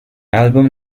album